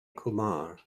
kumar